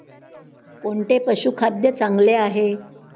कोणते पशुखाद्य चांगले आहे?